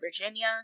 Virginia